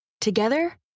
Together